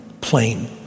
plain